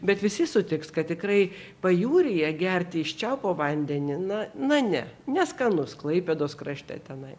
bet visi sutiks kad tikrai pajūryje gerti iš čiaupo vandenį na na ne neskanus klaipėdos krašte tenai